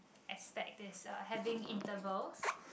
aspect is uh having intervals